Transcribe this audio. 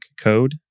code